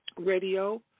Radio